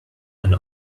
and